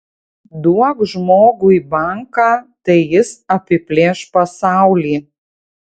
duok žmogui banką tai jis apiplėš pasaulį